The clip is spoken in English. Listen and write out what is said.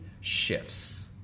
shifts